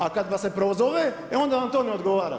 A kad vas se prozove, e onda vam to ne odgovara.